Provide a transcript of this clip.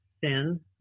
sin